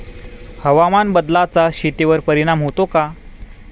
हवामान बदलाचा शेतीवर परिणाम होतो का?